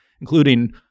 including